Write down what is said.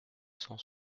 cent